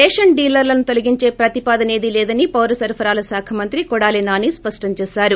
ration డీలర్లను తొలగించే ప్రతిపాదసేదీ లేదని పౌర సరఫరాల శాఖ మంత్రి కొడాలీ నాని స్పష్టం చేశారు